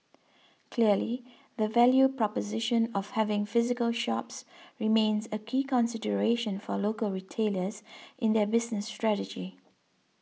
clearly the value proposition of having physical shops remains a key consideration for local retailers in their business strategy